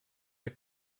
est